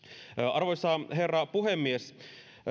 arvoisa herra puhemies